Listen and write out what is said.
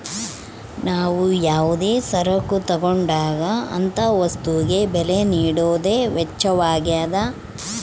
ನಾವು ಯಾವುದೇ ಸರಕು ತಗೊಂಡಾಗ ಅಂತ ವಸ್ತುಗೆ ಬೆಲೆ ನೀಡುವುದೇ ವೆಚ್ಚವಾಗ್ಯದ